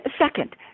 second